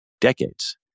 decades